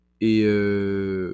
et